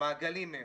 המעגלים הם,